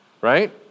right